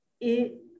Et